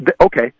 okay